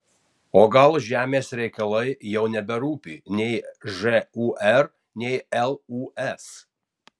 o gal žemės reikalai jau neberūpi nei žūr nei lūs